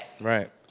Right